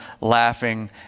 laughing